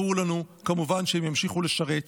ברור לנו כמובן שהם ימשיכו לשרת.